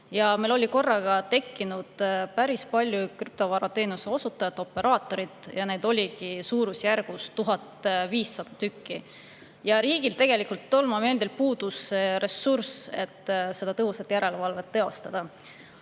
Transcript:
Meil oli korraga tekkinud päris palju krüptovarateenuse osutajaid, operaatoreid, ja neid oli suurusjärgus 1500. Riigil tegelikult tol momendil puudus ressurss, et tõhusat järelevalvet teostada.